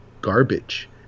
garbage